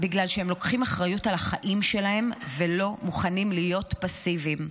בגלל שהם לוקחים אחריות על החיים שלהם ולא מוכנים להיות פסיביים.